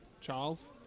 Charles